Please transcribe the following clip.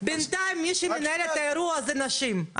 כי אנשים,